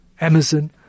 Amazon